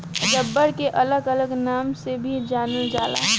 rubber के अलग अलग नाम से भी जानल जाला